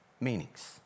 meanings